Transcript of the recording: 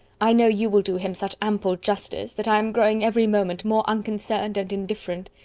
i know you will do him such ample justice, that i am growing every moment more unconcerned and indifferent.